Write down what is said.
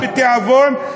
אז בתיאבון.